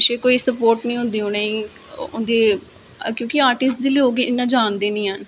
पिच्छे कोई स्पोट नेईं होंदी उनेंगी उंदी क्योंकि आर्टिस्ट जिसले ओह् इयां जानदे नेईं हैन